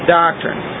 doctrine